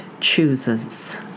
chooses